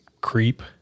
creep